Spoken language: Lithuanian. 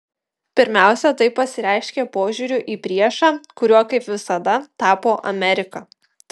pirmiausia tai pasireiškė požiūriu į priešą kuriuo kaip visada tapo amerika